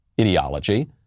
ideology